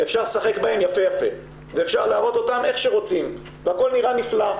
אפשר לשחק בהם יפה יפה ואפשר להראות אותם איך שרוצים והכול נראה נפלא,